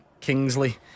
Kingsley